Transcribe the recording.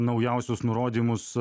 naujausius nurodymus